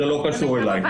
זה לא קשור אליי.